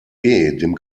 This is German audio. dem